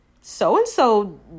so-and-so